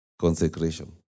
consecration